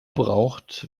braucht